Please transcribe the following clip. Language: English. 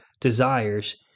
desires